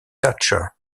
thatcher